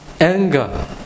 anger